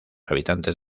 habitantes